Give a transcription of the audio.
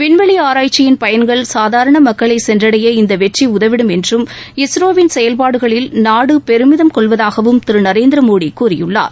விண்வெளி ஆராய்ச்சியின் பயன்கள் சாதாரண மக்களை சென்றடைய இந்த வெற்றி உதவிடும் என்றும் இஸ்ரோவின் செயல்பாடுகளில் நாடு பெருமிதம் கொள்வதாகவும் திரு நரேந்திரமோடி கூறியுள்ளார்